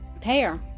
pair